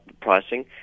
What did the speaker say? pricing